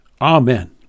Amen